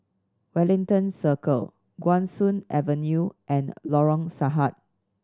Wellington Circle Guan Soon Avenue and Lorong Sahad